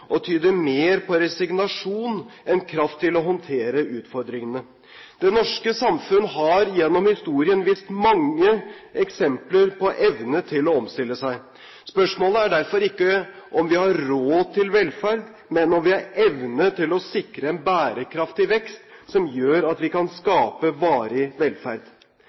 og tyder mer på resignasjon enn kraft til å håndtere utfordringene. Det norske samfunn har gjennom historien vist mange eksempler på evne til å omstille seg. Spørsmålet er derfor ikke om vi har råd til velferd, men om vi har evne til å sikre en bærekraftig vekst som gjør at vi kan skape varig velferd.